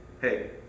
hey